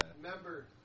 Remember